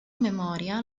memoria